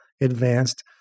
advanced